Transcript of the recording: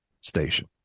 station